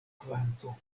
kvanto